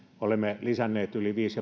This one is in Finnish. olemme lisänneet yli viisi